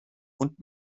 und